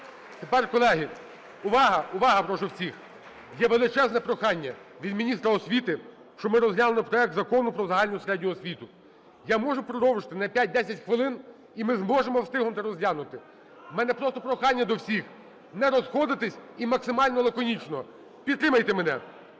Тепер, колеги, увага! Увага, прошу всіх! Є величезне прохання від міністра освіти, щоб ми розглянули проект Закону про повну загальну середню освіту. Я можу продовжити на 5-10 хвилин - і зможемо встигнути розглянути. В мене просто прохання до всіх не розходитися і максимально лаконічно. Підтримайте мене,